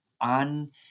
on